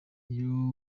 iyo